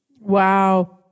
Wow